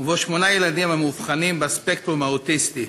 שבו שמונה ילדים המאובחנים על הספקטרום האוטיסטי.